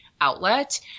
Outlet